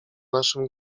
naszym